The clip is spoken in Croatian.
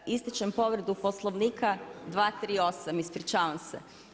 287. ističem povredu Poslovnika 238. ispričavam se.